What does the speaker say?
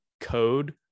code